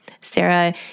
Sarah